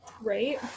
right